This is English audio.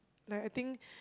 like I think